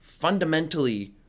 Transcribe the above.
fundamentally